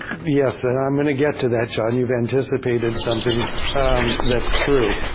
yes, and i'm going to get to that, john. you've anticipated something that's true.